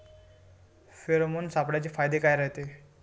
Pheromone सापळ्याचे फायदे काय रायते?